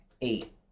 eight